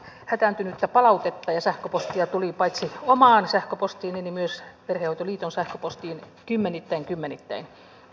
hätääntynyttä palautetta ja sähköpostia tuli paitsi omaan sähköpostiini myös perhehoitoliiton sähköpostiin kymmenittäin ja kymmenittäin